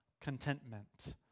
contentment